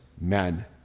men